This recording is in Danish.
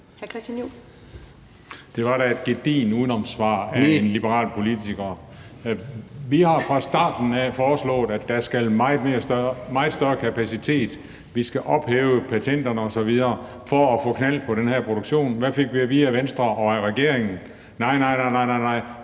Det var da et gedigent udenomssvar af en liberal politiker. (Martin Geertsen (V): Næ!). Vi har fra starten af foreslået, at der skal meget større kapacitet til, at vi skal ophæve patenterne osv. for at få knald på den her produktion. Hvad fik vi at vide af Venstre og regeringen? Nej, nej, det skal dem,